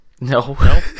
no